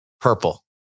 purple